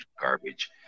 garbage